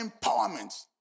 empowerment